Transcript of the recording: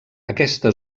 aquesta